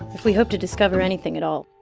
if we hope to discover anything at all